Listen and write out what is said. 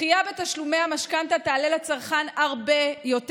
דחייה בתשלומי המשכנתה תעלה לצרכן הרבה יותר